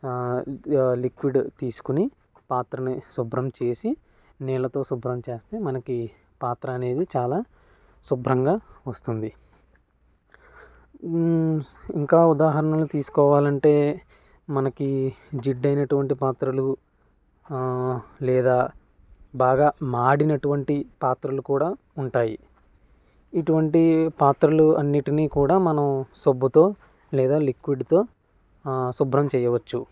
liquid తీసుకుని పాత్రని శుభ్రం చేసి నీళ్లతో శుభ్రం చేస్తే మనకి పాత్ర అనేది చాలా సుభ్రంగా వస్తుంది ఇంకా ఉదాహరణలు తీసుకోవాలంటే మనకి జిడ్డు అయినటువంటి పాత్రలు లేదా బాగా మాడినటువంటి పాత్రలు కూడా ఉంటాయి ఇటువంటి పాత్రలు అన్నిటిని కూడా మనం సబ్బుతో లేదా లిక్విడ్తో శుభ్రం చెయ్యవచ్చు